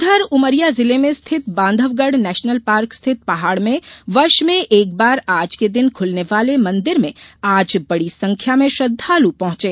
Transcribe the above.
उधर उमरिया जिले में स्थित बांधवगढ नेशनल पार्क स्थित पहाड़ में वर्ष में एक बार आज के दिन खुलने वाले मंदिर में आज बड़ी संख्या में श्रद्वालू पहुंचे